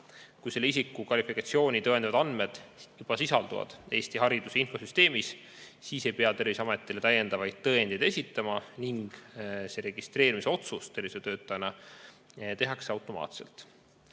Kui selle isiku kvalifikatsiooni tõendavad andmed juba sisalduvad Eesti Hariduse Infosüsteemis, siis ei pea Terviseametile täiendavaid tõendeid esitama ning tervishoiutöötajana registreerimise otsus tehakse automaatselt.